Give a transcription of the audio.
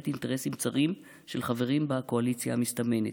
אינטרסים צרים של חברים בקואליציה המסתמנת.